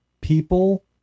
People